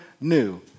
new